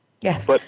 Yes